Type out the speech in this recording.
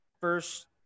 first